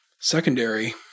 Secondary